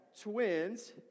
twins